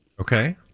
Okay